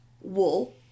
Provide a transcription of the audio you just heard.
Wool